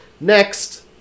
Next